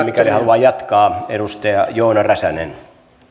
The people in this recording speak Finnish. mikäli haluaa jatkaa edustaja joona räsänen